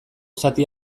zati